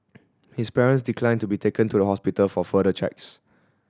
his parents declined to be taken to the hospital for further checks